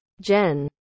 Jen